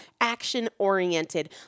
action-oriented